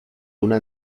una